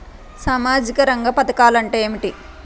సామాజిక రంగ పధకాలు అంటే ఏమిటీ?